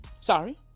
Sorry